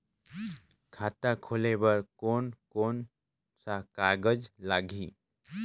खाता खुले बार कोन कोन सा कागज़ लगही?